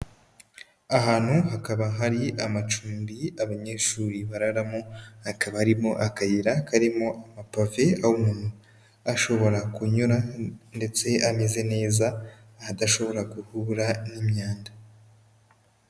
Ahantu hakaba hari amacumbi abanyeshuri bararamo, akaba arimo akayira karimo amapave, aho umuntu ashobora kunyura ndetse ameze neza, aho adashobora guhura n'imyanda.